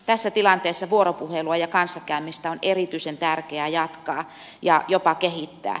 tässä tilanteessa vuoropuhelua ja kanssakäymistä on erityisen tärkeää jatkaa ja jopa kehittää